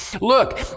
Look